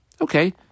Okay